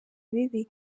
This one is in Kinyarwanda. bibi